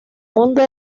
mundo